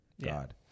God